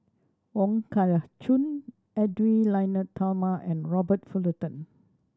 Wong Kah Chun Edwy Lyonet Talma and Robert Fullerton